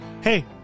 Hey